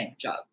job